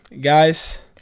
guys